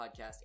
podcast